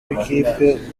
w’ikipe